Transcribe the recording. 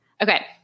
Okay